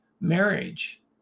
marriage